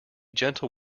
gentle